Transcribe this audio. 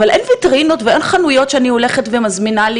אבל אין ויטרינות ואין חנויות שאני הולכת ומזמינה לי